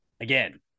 Again